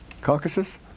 Caucasus